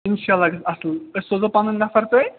اِنشاء اللہ گژھہِ اصٕل أسۍ سوزو پَنٕنۍ نفر تۄہہِ